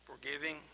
forgiving